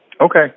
Okay